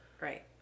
right